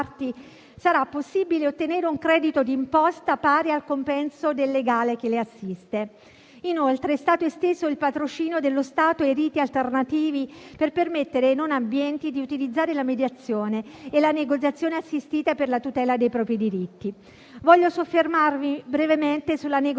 sarà possibile ottenere un credito di imposta pari al compenso del legale che le assiste. Inoltre, è stato esteso il patrocinio dello Stato e riti alternativi per permettere ai non abbienti di utilizzare la mediazione e la negoziazione assistita per la tutela dei propri diritti. Voglio soffermarmi brevemente sulla negoziazione